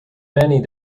many